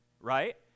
right